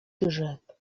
grzyb